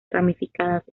ramificadas